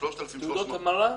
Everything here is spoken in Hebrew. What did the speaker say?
תעודות המרה?